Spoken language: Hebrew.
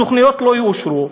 תוכניות לא יאושרו.